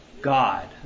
God